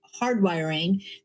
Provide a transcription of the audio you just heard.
hardwiring